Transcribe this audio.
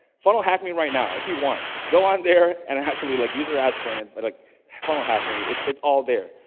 funnel hack me right now. if you want. go on there and actually like use your ad spend and like funnel hack me. it's it's all there,